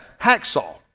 hacksaw